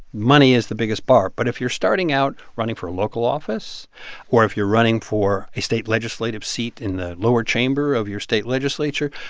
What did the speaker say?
money is the biggest part. but if you're starting out running for a local office or if you're running for a state legislative seat in the lower chamber of your state legislature,